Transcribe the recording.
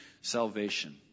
salvation